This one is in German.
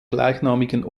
gleichnamigen